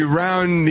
round